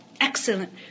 excellent